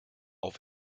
auf